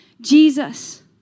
Jesus